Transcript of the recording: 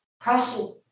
precious